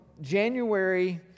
January